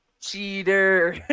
Cheater